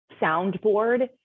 soundboard